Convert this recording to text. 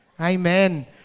Amen